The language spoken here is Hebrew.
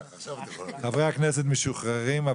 חברי הכנסת משוחררים,